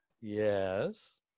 yes